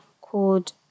called